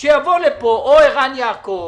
שיבוא לפה או ערן יעקב,